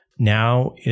Now